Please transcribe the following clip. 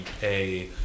pay